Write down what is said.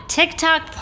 tiktok